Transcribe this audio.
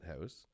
house